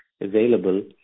available